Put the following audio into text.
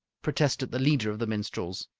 protested the leader of the minstrels.